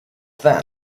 that